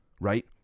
right